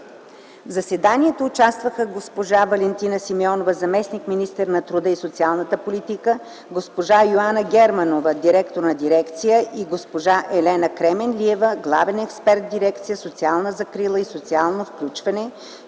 В заседанието участваха госпожа Валентина Симеонова – заместник-министър на труда и социалната политика, госпожа Йоанна Германова – директор на дирекция, и госпожа Елена Кременлиева – главен експерт в дирекция „Социална закрила и социално включване”